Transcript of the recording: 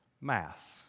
mass